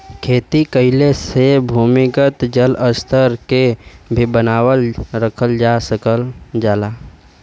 खेती कइले से भूमिगत जल स्तर के भी बनावल रखल जा सकल जाला